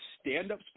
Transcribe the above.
stand-up